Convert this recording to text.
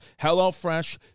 HelloFresh